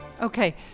Okay